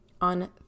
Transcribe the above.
on